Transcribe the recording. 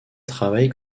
travaille